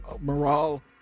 morale